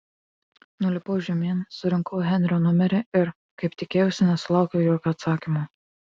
nulipau žemyn surinkau henrio numerį ir kaip tikėjausi nesulaukiau jokio atsakymo